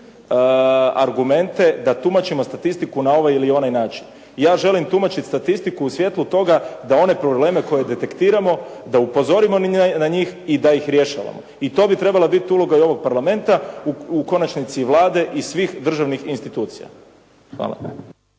argumente da tumačimo statistiku na ovaj ili onaj način. Ja želim tumačiti statistiku u svjetlu toga da one probleme koje detektiramo da upozorimo na njih i da ih rješavamo. I to bi trebala biti uloga i ovog Parlamenta u konačnici vlade i svih državnih institucija. Hvala.